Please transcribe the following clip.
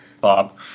Bob